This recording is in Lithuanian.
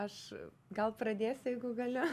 aš gal pradėsiu jeigu galiu